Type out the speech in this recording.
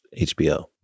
HBO